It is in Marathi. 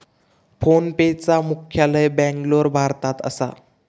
फोनपेचा मुख्यालय बॅन्गलोर, भारतात असा